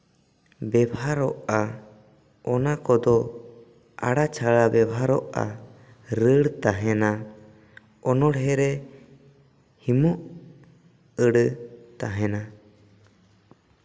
ᱵᱮᱵᱷᱟᱨᱚᱜᱼᱟ ᱚᱱᱟ ᱠᱚᱫᱚ ᱟᱲᱟᱪᱷᱟᱲᱟ ᱵᱮᱵᱷᱟᱨᱚᱜᱼᱟ ᱨᱟᱹᱲ ᱛᱟᱦᱮᱱᱟ ᱚᱱᱚᱬᱦᱮ ᱨᱮ ᱛᱤᱱᱟᱹᱜ ᱟᱹᱲᱟᱹ ᱛᱟᱦᱮᱱᱟ